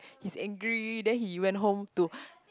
he's angry then he went home to